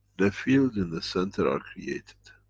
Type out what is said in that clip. the field in the center are created.